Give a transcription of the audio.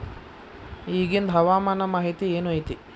ಇಗಿಂದ್ ಹವಾಮಾನ ಮಾಹಿತಿ ಏನು ಐತಿ?